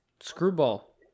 screwball